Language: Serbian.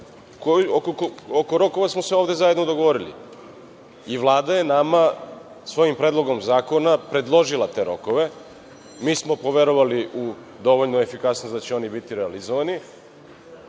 Oko rokova smo se ovde zajedno dogovorili i Vlada je nama svojim predlogom zakona predložila te rokove. Mi smo poverovali u dovoljnu efikasnost da će oni biti realizovani